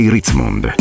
Ritzmond